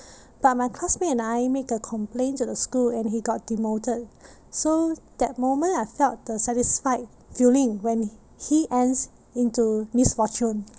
but my classmate and I make a complaint to the school and he got demoted so that moment I felt the satisfied feeling when he ends into misfortune